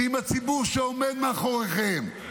זה עם הציבור שעומד מאחוריכם,